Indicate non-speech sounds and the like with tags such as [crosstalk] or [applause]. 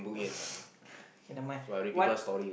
[breath] okay nevermind what